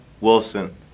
Wilson